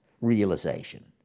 realization